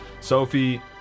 Sophie